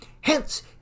Hence